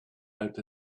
out